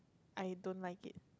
I don't like it